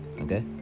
okay